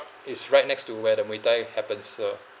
is right next to where the muay thai happens so